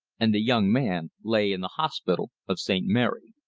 and the young man lay in the hospital of st. mary.